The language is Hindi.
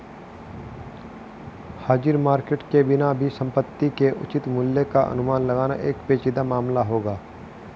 हाजिर मार्केट के बिना भी संपत्ति के उचित मूल्य का अनुमान लगाना एक पेचीदा मामला होगा